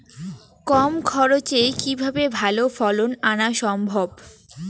কম খরচে কিভাবে ভালো ফলন আনা সম্ভব?